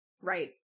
Right